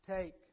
take